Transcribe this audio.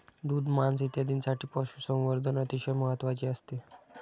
दूध, मांस इत्यादींसाठी पशुसंवर्धन अतिशय महत्त्वाचे असते